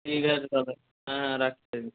ঠিক আছে তাহলে হ্যাঁ হ্যাঁ রাখছি